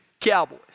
cowboys